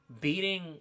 beating